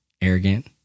Arrogant